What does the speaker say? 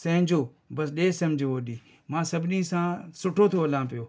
संहिंजो बसि ॾे समुझ उहो ॾींहुं मां सभिनी सां सुठो थो हलां पियो